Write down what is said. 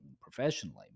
professionally